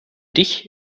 dich